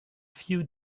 few